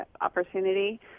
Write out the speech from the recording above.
opportunity